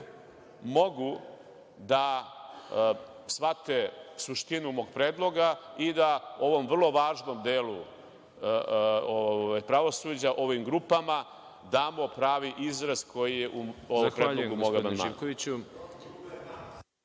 mogu da shvate suštinu mog predloga i da ovom vrlo važnom delu pravosuđa o ovim grupama damo pravi izraz koji je u okviru mog amandmana.